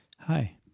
Hi